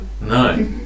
No